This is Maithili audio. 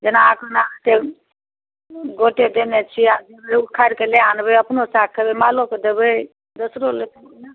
जेना अखन वास्ते गोटे देने छियै जेबै उखारि के लऽ अनबै अपनो साग खेबै मालो के देबै दोसर लए